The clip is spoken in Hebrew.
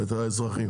לעשות.